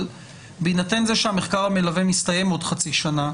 אבל בהינתן שהמחקר המלווה מסתיים עוד חצי שנה,